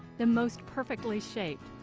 the most perfectly shaped.